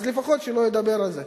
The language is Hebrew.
לפחות שלא ידבר על זה.